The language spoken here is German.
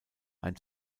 ein